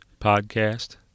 Podcast